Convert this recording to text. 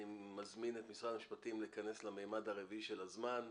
אני מזמין את משרד המשפטים להיכנס למימד הרביעי של הזמן.